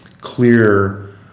clear